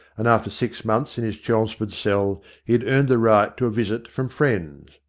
and after six months in his chelmsford cell he had earned the right to a visit from friends.